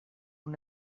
una